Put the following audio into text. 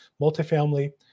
multifamily